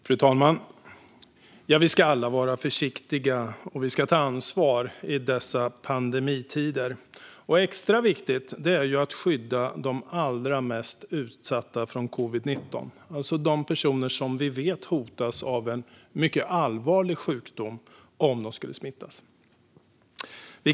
Fru talman! Vi ska alla vara försiktiga och vi ska alla ta ansvar i dessa pandemitider. Extra viktigt är det att skydda de allra mest utsatta från covid-19, det vill säga de personer som vi vet hotas av en mycket allvarlig sjukdom om de skulle smittas.